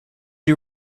you